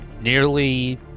nearly